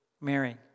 Mary